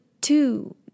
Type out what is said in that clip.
two